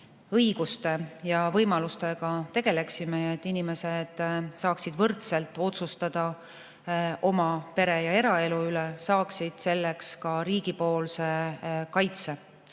õiguste ja võimalustega tegeleksime, et inimesed saaksid võrdselt otsustada oma pere‑ ja eraelu üle, saaksid selleks ka riigipoolse kaitse.